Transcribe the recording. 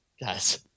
guys